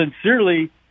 sincerely